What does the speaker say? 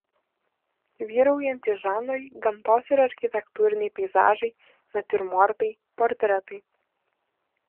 vyraujantys žanrai gamtos ir architektūriniai peizažai natiurmortai portretai